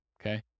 okay